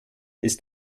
ist